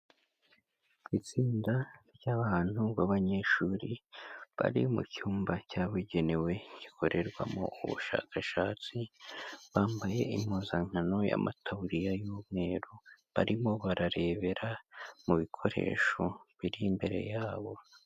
Itsinda ry'abantu b'abanyeshuri bari mu cyumba cyabugenewe gikorerwamo ubushakashatsi, bambaye impuzankano y'amataburiya y'umweru, barimo bararebera mu bikoresho biri imbere yabo.